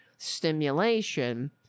Stimulation